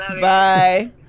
Bye